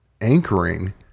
anchoring